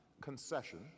concession